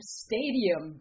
stadium